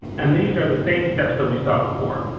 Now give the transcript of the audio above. and these are the same steps that we saw before.